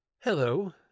Hello